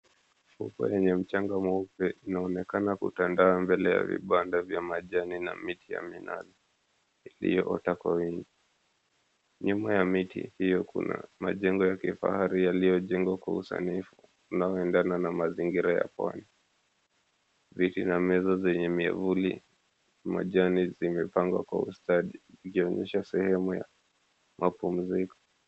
Fukwe wenye mchanga mweupe unaonekana kutanda mbele ya vibanda na miti ya minazi iliyoota kwa wingi, nyuma ya miti hiyo kuna majengo ya kifahari yaliyojengwa kwa usanifu unaoendana na mazingira ya pwani viti na meza zenye miavuli, majani zilizopangwa kwa ustadi yakionyesha sehemu ya mapumziko.